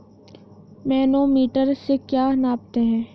Manometer से क्या नापते हैं?